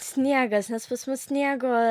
sniegas nes pas mus sniego